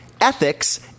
ethics